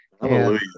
Hallelujah